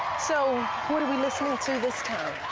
so what are we listening to this time?